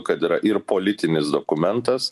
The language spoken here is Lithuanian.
kad yra ir politinis dokumentas